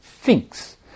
thinks